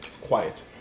quiet